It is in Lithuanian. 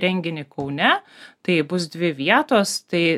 renginį kaune tai bus dvi vietos tai